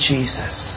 Jesus